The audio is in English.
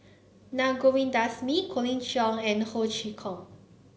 Na Govindasamy Colin Cheong and Ho Chee Kong